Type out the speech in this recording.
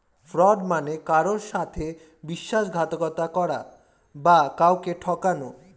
fraud মানে কারুর সাথে বিশ্বাসঘাতকতা করা বা কাউকে ঠকানো